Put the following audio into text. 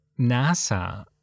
NASA